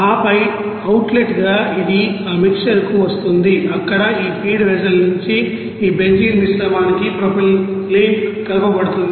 ఆపై outlet గా ఇది ఆ మిక్సర్ కు వస్తుంది అక్కడ ఈ ఫీడ్ వెసల్ నుంచి ఈ బెంజీన్ మిశ్రమానికి ప్రొపైలీన్ కలపబడుతుంది